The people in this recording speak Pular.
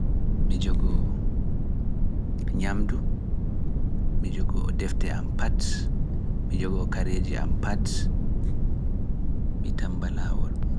Mi jogo nyamdu, mi jogo defteeji, mi jogo kareeji am pat.